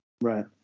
Right